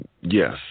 Yes